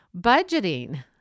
budgeting